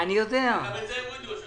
גם את זה הורידו.